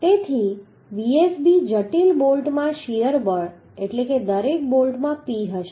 તેથી Vsb જટિલ બોલ્ટમાં શીયર બળ એટલે કે દરેક બોલ્ટમાં p હશે